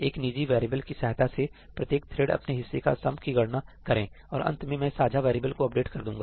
एक निजी वेरिएबल की सहायता से प्रत्येक थ्रेड अपने हिस्से का सम की गणना करें और अंत में मैं साझा वेरिएबल को अपडेट कर दूंगा